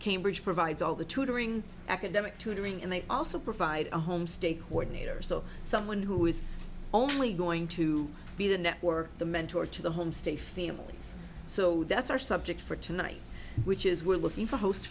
cambridge provides all the tutoring academic tutoring and they also provide a home state coordinator so someone who is only going to be the network the mentor to the homestay families so that's our subject for tonight which is we're looking for host